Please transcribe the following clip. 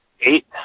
eight